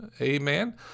amen